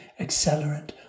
accelerant